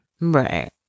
Right